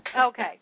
Okay